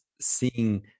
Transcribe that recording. seeing